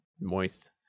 moist